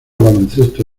baloncesto